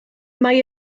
mae